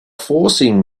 forcing